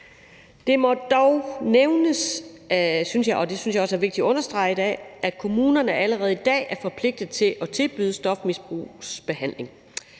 Det må dog nævnes, synes jeg, og det synes jeg også er vigtigt at understrege i dag, at kommunerne allerede i dag er forpligtet til at tilbyde stofmisbrugsbehandling.